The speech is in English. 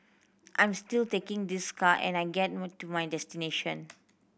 I'm still taking this car and I get to my destination